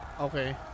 okay